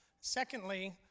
Secondly